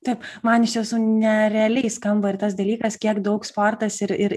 taip man iš tiesų nerealiai skamba ir tas dalykas kiek daug sportas ir ir